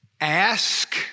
Ask